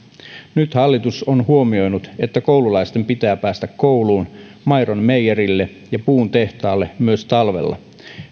nyt hallitus on huomioinut että koululaisten pitää päästä kouluun maidon meijerille ja puun tehtaalle myös talvella